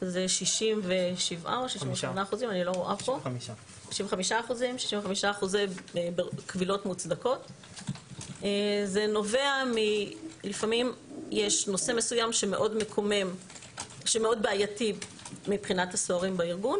זה 65%. לפעמים יש נושא מסוים שמאוד בעייתי מבחינת הסוהרים בארגון,